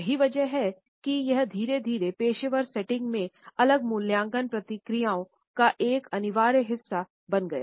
यही वजह है कि यह धीरे धीरे पेशेवर सेटिंग्स में अलग मूल्यांकन प्रक्रियाओं का एक अनिवार्य हिस्सा बन गया